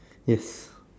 yes